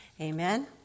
Amen